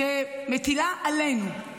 שמטילה עלינו,